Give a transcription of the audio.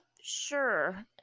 sure